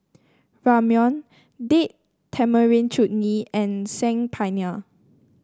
Ramyeon Date Tamarind Chutney and Saag Paneer